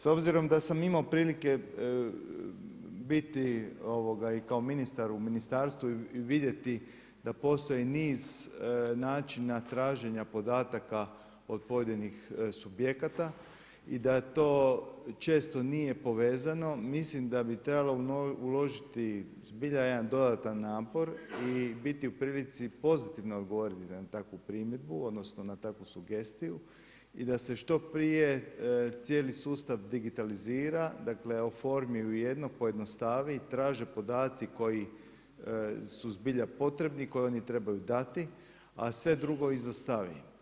S obzirom da sam imao prilike biti i kao ministar u ministarstvu i vidjeti da postoji niz načina traženja podataka od pojedinih subjekata i da to često nije povezano, mislim da bi trebalo uložiti zbilja jedan dodatan napor i biti u prilici pozitivno odgovoriti na takvu primjedbu, odnosno na takvu sugestiju i da se što prije cijeli sustav digitalizira, dakle oformi u jedno, pojednostavi, traže podaci koji su zbilja potrebni, koje oni trebaju dati, a sve drugo izostavi.